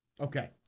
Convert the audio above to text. Okay